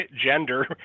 gender